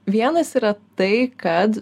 vienas yra tai kad